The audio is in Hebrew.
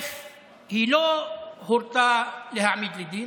היא לא הורתה להעמיד לדין,